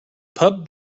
pup